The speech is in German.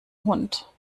hund